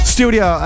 Studio